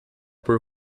por